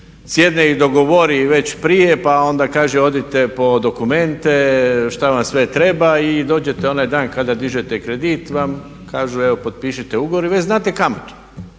sjedne i dogovori već prije pa onda kaže odite po dokumente, što vam sve treba i dođete onaj dan kada dižete kredit i kažu vam evo potpišite ugovor i već znate kamatu.